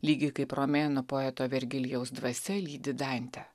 lygiai kaip romėnų poeto vergilijaus dvasia lydi dantę